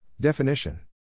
Definition